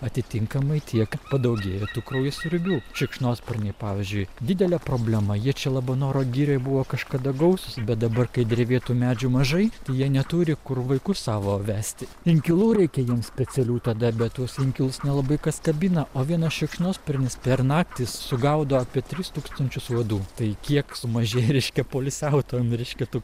atitinkamai tiek padaugėjo tų kraujasiurbių šikšnosparniai pavyzdžiui didelė problema jie čia labanoro girioj buvo kažkada gausūs bet dabar kai drevėtų medžių mažai tai jie neturi kur vaikus savo vesti inkilų reikia jiems specialių tada bet tuos inkilus nelabai kas kabina o vienas šikšnosparnis per naktį sugaudo apie tris tūkstančius uodų tai kiek sumažėja reiškia poilsiautojam reiškia tų